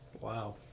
Wow